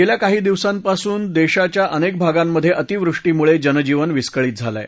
गेल्या काही दिवसांपासून देशाच्या अनेक भागांमध्ये अतिवृष्टीमुळे जनजीवन विस्कळीत झालं आहे